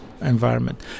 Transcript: environment